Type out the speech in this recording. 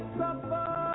suffer